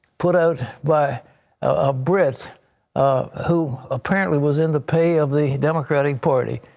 put out by a brit who apparently was in the pay of the democratic party.